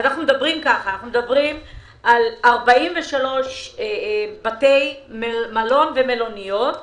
אנחנו מדברים על 43 בתי מלון ומלוניות,